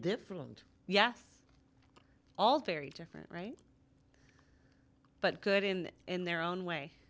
different yes all very different right but could in in their own way